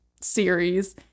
series